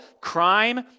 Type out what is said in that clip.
Crime